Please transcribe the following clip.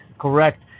correct